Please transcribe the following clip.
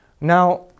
Now